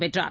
வென்றார்